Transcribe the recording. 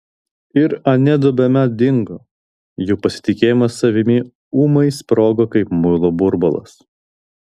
ir aniedu bemat dingo jų pasitikėjimas savimi ūmai sprogo kaip muilo burbulas